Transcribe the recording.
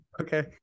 Okay